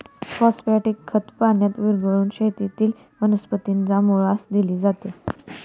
phosphate खत पाण्यात विरघळवून शेतातील वनस्पतीच्या मुळास दिले जाते